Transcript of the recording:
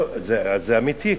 לא, זה אמיתי.